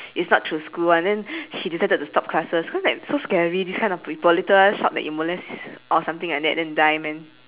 is not through school one then he decided to stop classes cause like so scary these kind of people later shout that you molest or something like that then die man